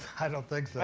i don't think